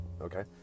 Okay